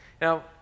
Now